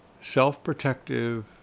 self-protective